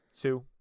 two